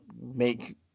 make